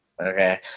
Okay